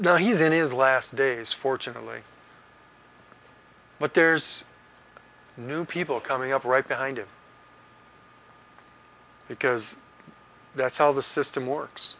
no he's in his last days fortunately but there's a new people coming up right behind it because that's how the system works